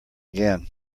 again